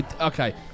Okay